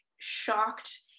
shocked